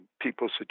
people's